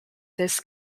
this